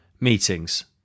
Meetings